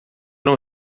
não